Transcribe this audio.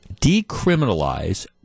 decriminalize